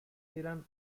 eran